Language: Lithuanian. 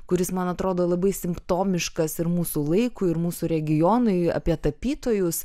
kuris man atrodo labai simptomiškas ir mūsų laikui ir mūsų regionui apie tapytojus